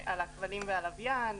על הכבלים והלוויין,